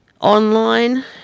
online